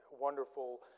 wonderful